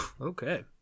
Okay